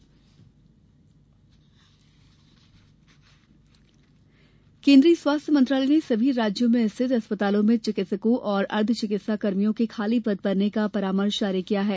चिकित्सा कर्मी केन्द्रीय स्वास्थ्य मंत्रालय ने सभी राज्यों में रिथत अस्पतालों में चिकित्सकों और अर्द्वचिकित्सा कर्मियों के खाली पद भरने का परामर्श जारी किया है